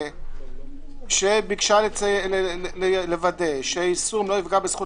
וביקשה לוודא שהיישום לא יפגע בזכות